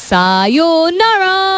Sayonara